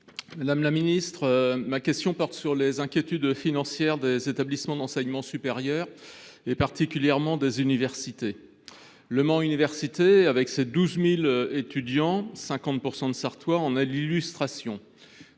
de la recherche. Ma question porte sur les inquiétudes financières des établissements d’enseignement supérieur, et particulièrement des universités. Le Mans Université, avec ses 12 000 étudiants, dont 50 % de Sarthois, en est l’illustration.